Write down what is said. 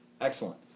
Excellent